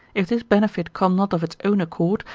if this benefit come not of its own accord,